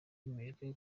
hemejwe